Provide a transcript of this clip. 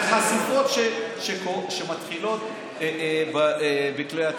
זה חשיפות שמתחילות בכלי התקשורת.